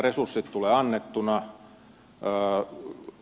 resurssit tulevat annettuina